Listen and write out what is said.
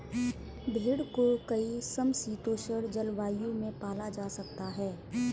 भेड़ को कई समशीतोष्ण जलवायु में पाला जा सकता है